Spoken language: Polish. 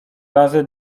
razy